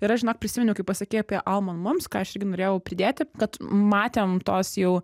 ir aš žinok prisiminiau kaip pasakei alma mams ką aš irgi norėjau pridėti kad matėm tos jau